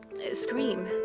scream